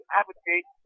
advocate